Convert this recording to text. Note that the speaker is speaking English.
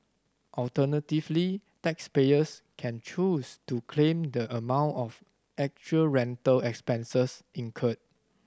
alternatively taxpayers can choose to claim the amount of actual rental expenses incurred